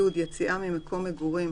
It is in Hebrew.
(י)יציאה ממקום מגורים,